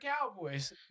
Cowboys